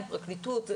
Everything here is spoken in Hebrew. עם הפרקליטות.